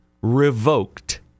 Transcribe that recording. revoked